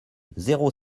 zéro